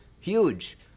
huge